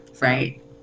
Right